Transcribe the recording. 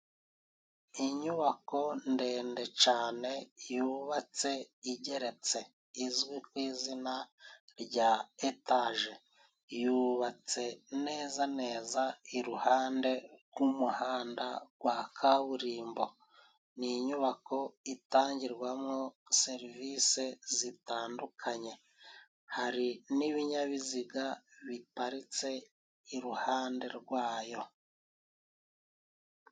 Inyubako ndende cane yubatse igeretse, izwi ku izina rya etaje. Yubatse neza neza iruhande rw'umuhanda rwa kaburimbo. Ni inyubako itangirwamo serivise zitandukanye hari n'ibinyabiziga biparitse iruhande rwayo.